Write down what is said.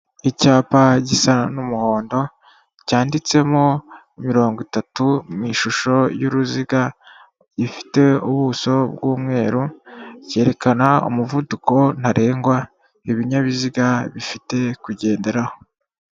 Icyapa gisa n'umuhondo cyanditsemo mirongo itatu mu ishusho y'uruziga, gifite ubuso bw'umweru, cyerekana umuvuduko ntarengwa ibinyabiziga bifite kugenderaho.